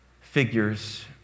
figures